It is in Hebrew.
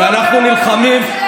כי אנחנו נלחמים.